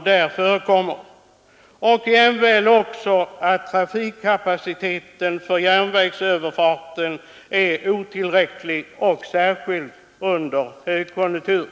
Dessutom är järnvägsöverfartens trafikkapacitet otillräcklig, särskilt under högkonjunktur.